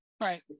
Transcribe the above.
Right